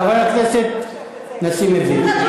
חבר הכנסת נסים זאב.